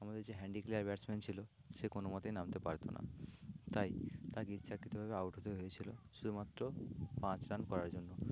আমাদের যে hand declare batsman ছিল সে কোনও মতেই নামতে পারত না তাই তাকে ইচ্ছাকৃতভাবে আউট হতে হয়েছিলো শুধুমাত্র পাঁচ রান করার জন্য